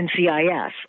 ncis